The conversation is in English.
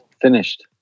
finished